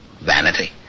vanity